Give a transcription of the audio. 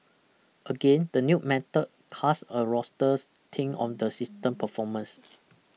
again the new method cast a rosters tint on the system's performance